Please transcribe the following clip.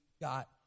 got